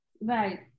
Right